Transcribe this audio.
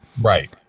Right